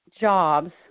jobs